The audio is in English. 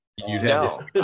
No